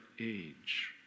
age